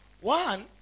One